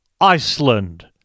Iceland